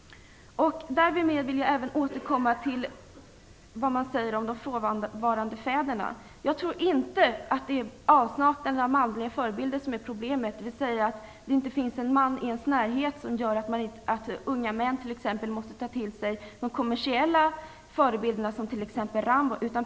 Därmed vill jag återkomma till vad man säger om de frånvarande fäderna. Jag tror inte att det är avsaknaden av manliga förebilder som är problemet, att frånvaron av manliga förebilder i deras närhet gör att unga män måste ta till sig de kommersiella förebilder som t.ex. Rambo.